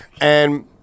And-